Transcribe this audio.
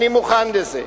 אני מוכן לזה.